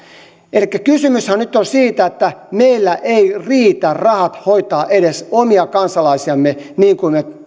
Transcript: elikkä kysymyshän nyt on siitä että meillä eivät riitä rahat hoitaa edes omia kansalaisiamme niin kuin me